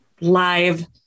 live